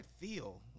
feel